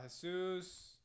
Jesus